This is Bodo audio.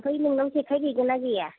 ओमफ्राय नोंनाव जेखाइ गैगोना गैया